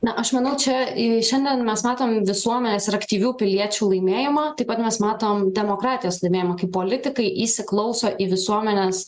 na aš manau čia ir šiandien mes matom visuomenės aktyvių piliečių laimėjimą taip pat mes matom demokratijos laimėjimą kai politikai įsiklauso į visuomenės